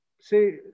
say